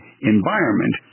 environment